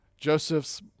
Joseph's